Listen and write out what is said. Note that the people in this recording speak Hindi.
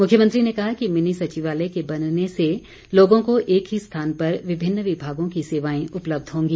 मुख्यमंत्री ने कहा कि मिनी सचिवालय के बनने से लोगों को एक ही स्थान पर विभिन्न विभागों की सेवाएं उपलब्ध होंगी